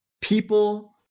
People